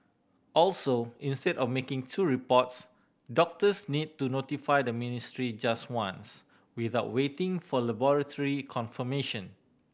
also instead of making two reports doctors need to notify the ministry just once without waiting for laboratory confirmation